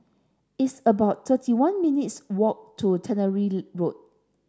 it's about thirty one minutes' walk to Tannery Road